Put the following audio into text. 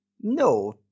No